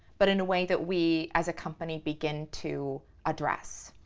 but in a way that we as a company begin to address?